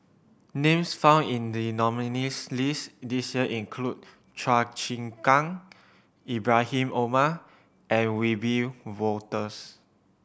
names found in the nominees' list this year include Chua Chim Kang Ibrahim Omar and Wiebe Wolters